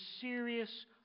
serious